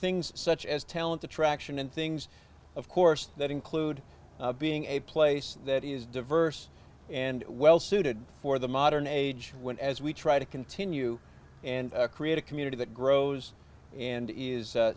things such as talent attraction and things of course that include being a place that is diverse and well suited for the modern age when as we try to continue and create a community that grows and is